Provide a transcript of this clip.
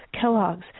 Kellogg's